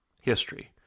history